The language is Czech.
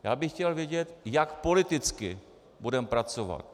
Já bych chtěl vědět, jak politicky budeme pracovat.